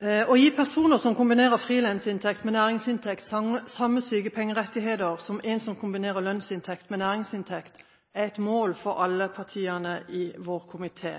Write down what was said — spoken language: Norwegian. Å gi personer som kombinerer frilansinntekt med næringsinntekt samme sykepengerettigheter som en som kombinerer lønnsinntekt med næringsinntekt, er et mål for alle partiene i vår komité.